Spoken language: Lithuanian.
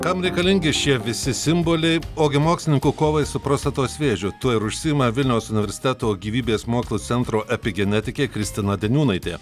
kam reikalingi šie visi simboliai ogi mokslininkų kovai su prostatos vėžiu tuo ir užsiima vilniaus universiteto gyvybės mokslų centro epigenetikė kristina deniūnaitė